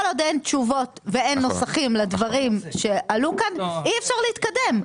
כל עוד אין תשובות ואין נוסחים לדברים שעלו כאן אי אפשר להתקדם.